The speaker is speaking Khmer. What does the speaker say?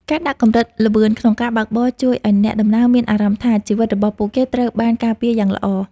ការដាក់កម្រិតល្បឿនក្នុងការបើកបរជួយឱ្យអ្នកដំណើរមានអារម្មណ៍ថា ជីវិតរបស់ពួកគេត្រូវបានការពារយ៉ាងល្អ។